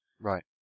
Right